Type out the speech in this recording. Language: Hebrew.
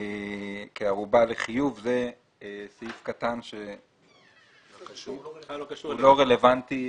כערובה לחיוב זה סעיף קטן שהוא לא רלוונטי.